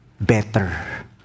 better